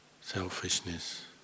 selfishness